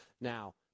Now